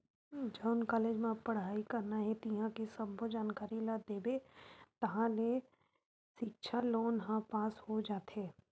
जउन कॉलेज म पड़हई करना हे तिंहा के सब्बो जानकारी ल देबे ताहाँले सिक्छा लोन ह पास हो जाथे